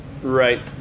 Right